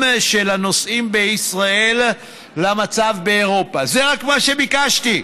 של הנוסעים בישראל למצב באירופה זה רק מה שביקשתי,